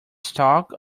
stalk